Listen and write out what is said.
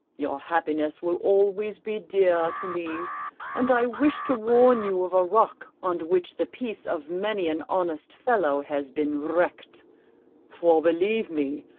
your happiness will always be dear to me and i wish to warn you of a rock on which the peace of many an honest fellow has been wrecked for believe me,